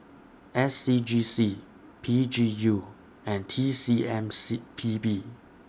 S C G C P G U and T C M C P B